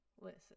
Listen